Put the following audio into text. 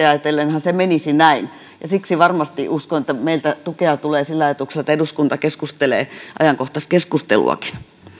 ajatellenhan se menisi näin siksi uskon että varmasti meiltä tulee tukea sille ajatukselle että eduskunta keskustelee ajankohtaiskeskusteluakin